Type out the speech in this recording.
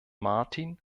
martin